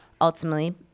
ultimately